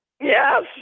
yes